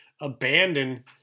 abandon